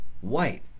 white